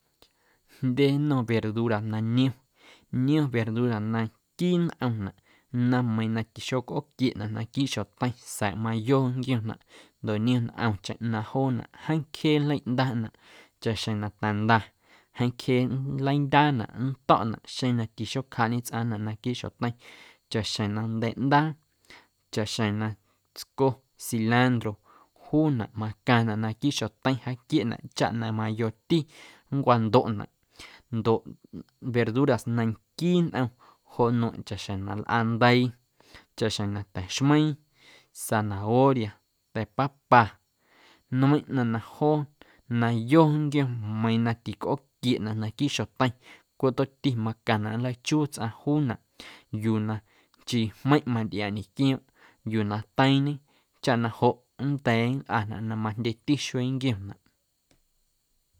Jndye nnom verdura na niom, niom verdura na quii nꞌomnaꞌ na meiiⁿ na tixocꞌooquieꞌnaꞌ naquiiꞌ xjoteiⁿ sa̱a̱ mayo nnquiomnaꞌ ndoꞌ niom ntꞌomcheⁿ na joonaꞌ jeeⁿ cjee nleiꞌndaaꞌnaꞌ chaꞌxjeⁿ na tanda jeeⁿ cjee nleindyaanaꞌ, nnto̱ꞌnaꞌ xeⁿ na tixocjaaꞌñe tsꞌaⁿnaꞌ naquiiꞌ xjoteiⁿ, chaꞌxjeⁿ na nda̱ ꞌndaa, chaꞌxjeⁿ na tsco cilantro juunaꞌ macaⁿnaꞌ naquiiꞌ xjoteiⁿ jaaquieꞌnaꞌ chaꞌ na mayoti nncwandoꞌnaꞌ ndoꞌ verduras na nquii nꞌom joꞌ nueⁿꞌ chaꞌxjeⁿ na lꞌandeii, chaꞌxjeⁿ na taxmeiiⁿ, zanahoria, ta̱ papa, nmeiⁿꞌ ꞌnaⁿ na joo na yo nnquiom meiiⁿ na ticꞌooquieꞌ naquiiꞌ xjoteiⁿ cweꞌ tomti macaⁿnaꞌ nlachuu tsꞌaⁿ juunaꞌ yuu na nchii jmeiⁿꞌ mantꞌiaaꞌ ñequioomꞌ yuu na teiiⁿñe chaꞌ na joꞌ nnda̱a̱ nlꞌanaꞌ na majndyeti xuee nnquiomnaꞌ.